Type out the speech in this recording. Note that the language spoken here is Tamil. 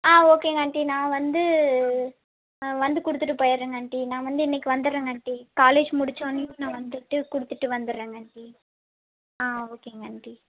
ஆ ஓகேங்க ஆண்ட்டி நான் வந்து வந்து கொடுத்துட்டு போயிடுறேங்க ஆண்ட்டி நான் வந்து இன்றைக்கு வந்துடுறேங்க ஆண்ட்டி காலேஜ் முடிச்சவோடன்னே நான் வந்துட்டு கொடுத்துட்டு வந்துடுறேங்க ஆண்ட்டி ஆ ஓகேங்க ஆண்ட்டி